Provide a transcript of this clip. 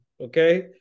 Okay